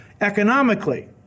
economically